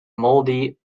mouldy